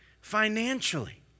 financially